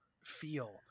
feel